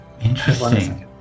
Interesting